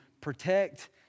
protect